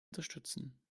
unterstützen